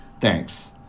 thanks